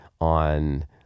on